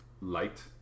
light